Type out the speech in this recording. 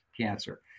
cancer